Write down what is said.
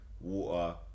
water